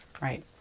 right